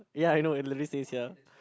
ya I know it literally says here